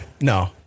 No